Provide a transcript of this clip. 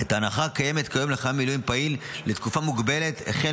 את ההנחה הקיימת כיום לחייל מילואים פעיל לתקופה מוגבלת החל